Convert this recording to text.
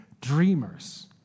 dreamers